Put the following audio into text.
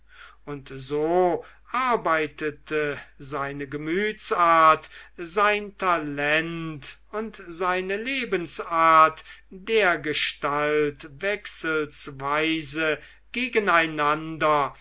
und so arbeitete seine gemütsart sein talent und seine lebensart dergestalt wechselsweise gegeneinander